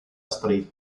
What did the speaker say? street